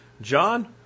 John